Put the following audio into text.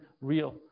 real